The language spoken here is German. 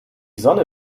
sonne